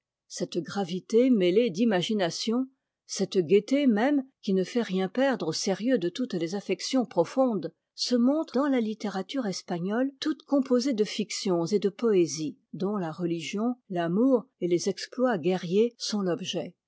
cette gravité mêlée d'imagination cette gaieté même qui ne fait rien perdre au sérieux de toutes les affections profondes se montrent dans la litté rature espagnole toute composée de fictions et de poésies dont la religion l'amour et les ex ploits guerriers sont l'objet